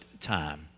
time